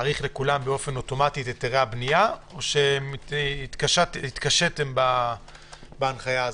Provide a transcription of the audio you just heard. להאריך לכולם באופן אוטומטי את היתרי הבנייה או התקשיתם בהנחיה הזו?